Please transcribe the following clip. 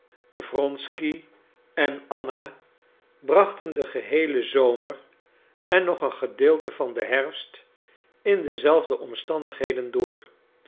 wronsky en anna brachten den geheelen zomer en nog een gedeelte van den herfst in dezelfde omstandigheden door